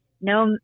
no